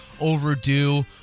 overdue